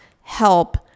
help